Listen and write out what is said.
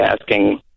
asking